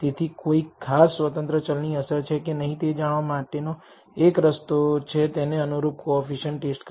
તેથી કોઈ ખાસ આશ્રિત ચલ ની અસર છે કે નહીં તે જાણવા માટે નો એક રસ્તો છે કે તેને અનુરૂપ કોએફિસિએંટ્ ટેસ્ટ કરો